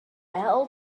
bêl